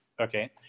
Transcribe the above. Okay